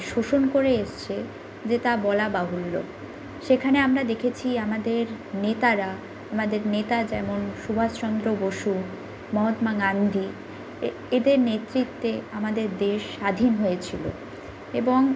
শোষণ করে এসছে যে তা বলা বাহুল্য সেখানে আমরা দেখেছি আমাদের নেতারা আমাদের নেতা যেমন সুভাষচন্দ্র বসু মহাত্মা গান্ধী এদের নেতৃত্বে আমাদের দেশ স্বাধীন হয়েছিল এবং